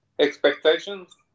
expectations